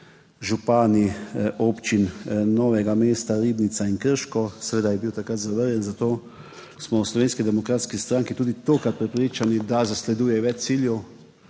župani občin Novo mesto, Ribnica in Krško, seveda je bil takrat zavrnjen, zato smo v Slovenski demokratski stranki tudi tokrat prepričani, da zasleduje več ciljev,